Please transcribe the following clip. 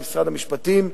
עם משרד המשפטים,